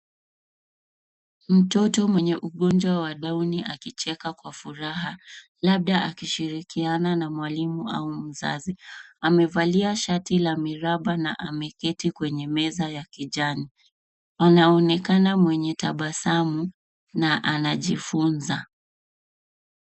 Mtoto mwenye ugonjwa wa Down Syndrome akicheka kwa furaha, labda akishirikiana na mwalimu au mzazi. Amevalia shati la miraba na ameketi kwenye meza ya kijani. Anaonekana mwenye tabasamu na anajifunza.